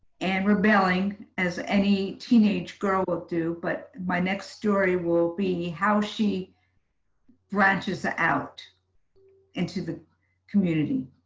and rebelling as any teenage girl will do. but my next story will be how she branches ah out into the community.